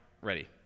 ready